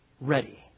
ready